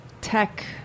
tech